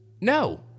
No